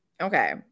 Okay